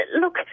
look